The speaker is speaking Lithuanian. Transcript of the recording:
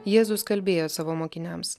jėzus kalbėjo savo mokiniams